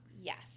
Yes